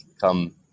come